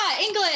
English